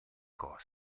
cose